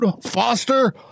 Foster